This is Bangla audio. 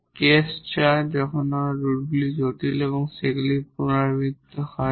তাই এখানে কেস IV যখন রুটগুলি কমপ্লেক্স এবং সেগুলি রিপিটেড হয়